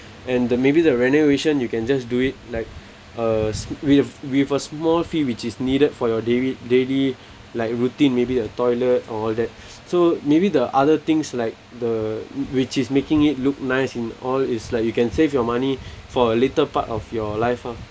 and the maybe the renovation you can just do it like uh s~ with a with a small fee which is needed for your daily daily like routine maybe a toilet all that so maybe the other things like the which is making it look nice and all is like you can save your money for a later part of your life ah